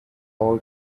all